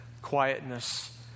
Quietness